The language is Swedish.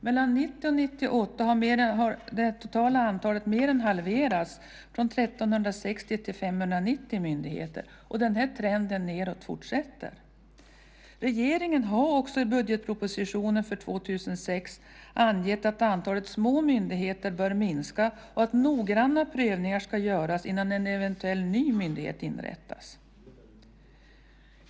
Mellan 1990 och 1998 har det totala antalet myndigheter mer än halverats från 1 360 till 590 myndigheter. Denna trend nedåt fortsätter. Regeringen har också i budgetpropositionen för 2006 angett att antalet små myndigheter bör minska och att noggranna prövningar ska göras innan en eventuell ny myndighet inrättas.